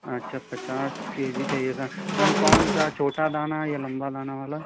अच्छा पचास K G चाहिए था मैम कौनसा छोटा दाना या लम्बा दाना वाला